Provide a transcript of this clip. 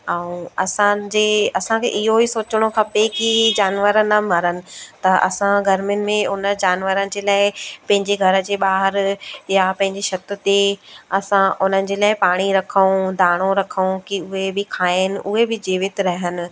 ऐं असांजे असांखे इहो ई सोचिणो खपे की जानवर न मरनि त असां गर्मियुनि में उन जानवर जे लाइ पंहिंजे घर जा ॿाहिरि या पंहिंजे छत ते असां उन जे लाइ पाणी रखूं दाणो रखूं की उहे बि खाइनि उहे बि जीवित रहनि